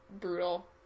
brutal